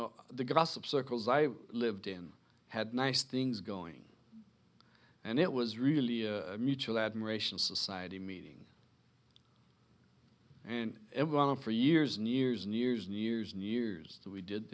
know the gossip circles i lived in had nice things going and it was really a mutual admiration society meeting and everyone for years and years and years and years and years we did